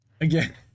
again